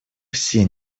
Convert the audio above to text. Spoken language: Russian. все